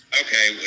Okay